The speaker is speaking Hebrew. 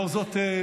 לאור זאת,